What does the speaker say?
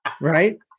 Right